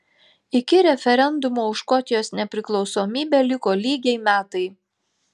iki referendumo už škotijos nepriklausomybę liko lygiai metai